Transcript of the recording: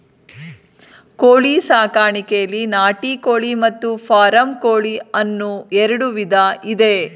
ಕೋಳಿ ಸಾಕಾಣಿಕೆಯಲ್ಲಿ ನಾಟಿ ಕೋಳಿ ಮತ್ತು ಫಾರಂ ಕೋಳಿ ಅನ್ನೂ ಎರಡು ವಿಧ ಇದೆ